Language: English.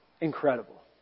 Incredible